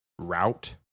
route